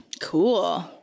Cool